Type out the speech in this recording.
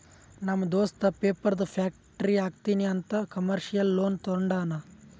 ನಮ್ ದೋಸ್ತ ಪೇಪರ್ದು ಫ್ಯಾಕ್ಟರಿ ಹಾಕ್ತೀನಿ ಅಂತ್ ಕಮರ್ಶಿಯಲ್ ಲೋನ್ ತೊಂಡಾನ